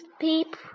peep